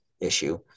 issue